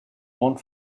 grandes